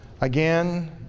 Again